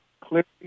clearly